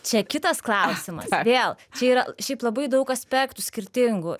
čia kitas klausimas vėl čia yra šiaip labai daug aspektų skirtingų